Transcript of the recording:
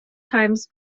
times